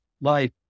life